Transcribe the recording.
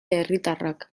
herritarrak